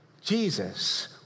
Jesus